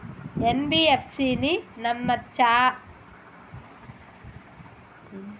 NBFC ని నమ్మచ్చా?